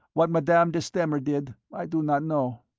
what madame de stamer did, i do not know.